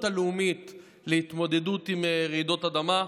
הלאומית להתמודדות עם רעידות אדמה.